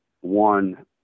one